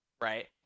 Right